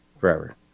Forever